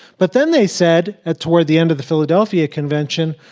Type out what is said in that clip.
but then they said at toward the end of the philadelphia convention.